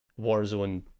Warzone